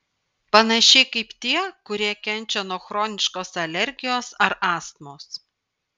panašiai kaip tie kurie kenčia nuo chroniškos alergijos ar astmos